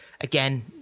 again